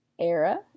era